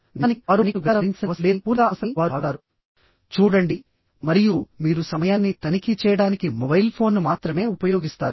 నిజానికి వారు మణికట్టు గడియారం ధరించాల్సిన అవసరం లేదని పూర్తిగా అనవసరమని వారు భావిస్తారు చూడండి మరియు మీరు సమయాన్ని తనిఖీ చేయడానికి మొబైల్ ఫోన్ను మాత్రమే ఉపయోగిస్తారు